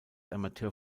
amateur